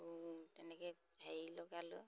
তেনেকৈ হেৰি লগালোঁ